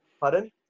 Pardon